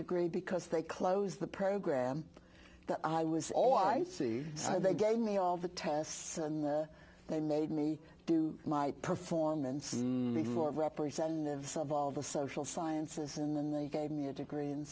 degree because they closed the program that i was all i see so they gave me all the tests and they made me do my performance of representatives of all the social sciences and then they gave me a degree in